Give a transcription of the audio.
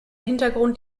hintergrund